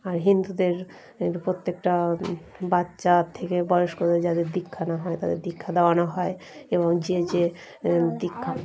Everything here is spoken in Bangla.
আর হিন্দুদের প্রত্যেকটা বাচ্চা থেকে বয়স্কদের যাদের দীক্ষা না হয় তাদের দীক্ষা দেওয়ানো হয় এবং যে যে দীক্ষা